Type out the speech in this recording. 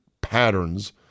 patterns